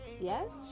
Yes